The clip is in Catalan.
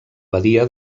badia